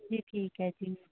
ਜੀ ਠੀਕ ਹੈ ਜੀ